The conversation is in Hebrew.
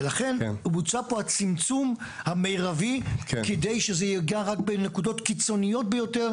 ולכן בוצע פה הצמצום המירבי כדי שזה ייגע רק בנקודות קיצוניות ביותר.